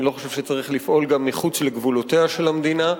אני לא חושב שצריך לפעול גם מחוץ לגבולותיה של המדינה.